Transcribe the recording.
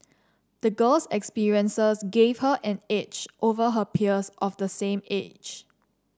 the girl's experiences gave her an edge over her peers of the same age